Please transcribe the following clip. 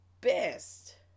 best